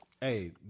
Hey